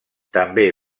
també